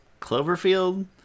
Cloverfield